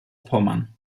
pommern